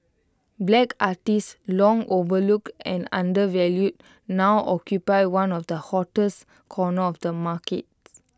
black artists long overlooked and undervalued now occupy one of the hottest corners of the markets